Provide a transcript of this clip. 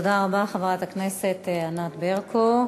תודה רבה, חברת הכנסת ענת ברקו.